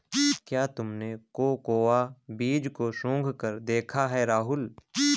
क्या तुमने कोकोआ बीज को सुंघकर देखा है राहुल?